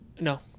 No